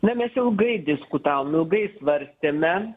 na mes ilgai diskutavom ilgai svarstėme